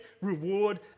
reward